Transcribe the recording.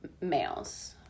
males